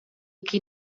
qui